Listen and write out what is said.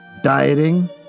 dieting